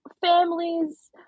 families